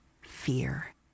fear